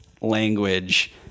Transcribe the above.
language